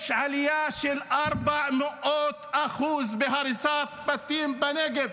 יש עלייה של 400% בהריסת בתים בנגב.